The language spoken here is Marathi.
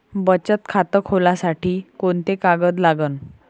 बचत खात खोलासाठी कोंते कागद लागन?